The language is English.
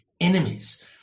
enemies